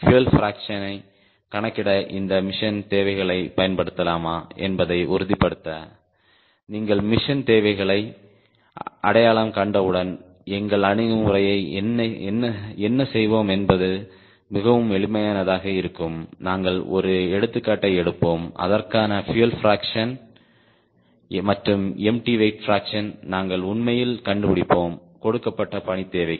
fuel பிராக்சனை கணக்கிட இந்த மிஷன் தேவைகளைப் பயன்படுத்தலாமா என்பதை உறுதிப்படுத்த நீங்கள் மிஷன் தேவைகளை அடையாளம் கண்டவுடன் எங்கள் அணுகுமுறை என்ன செய்வோம் என்பது மிகவும் எளிமையானதாக இருக்கும் நாங்கள் ஒரு எடுத்துக்காட்டை எடுப்போம் அதற்கான பியூயல் பிராக்சன் மற்றும் எம்டி வெயிட் பிராக்சனை நாங்கள் உண்மையில் கண்டுபிடிப்போம் கொடுக்கப்பட்ட பணி தேவைக்கு